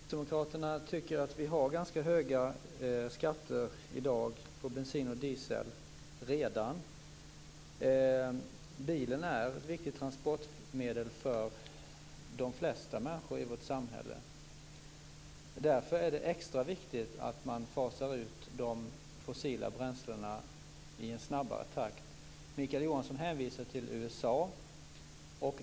Fru talman! Kristdemokraterna tycker att vi redan i dag har ganska höga skatter på bensin och diesel. Bilen är ett viktigt transportmedel för de flesta människor i vårt samhälle. Därför är det extra viktigt att man fasar ut de fossila bränslena i en snabbare takt. Mikael Johansson hänvisar till USA.